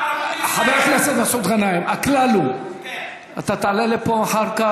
אדוני השר, מקומך לא כאן, אתה פה בטעות.